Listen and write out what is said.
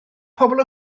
pobl